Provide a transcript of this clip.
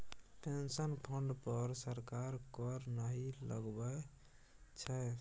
pension fund पर सरकार कर नहि लगबै छै